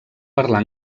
parlar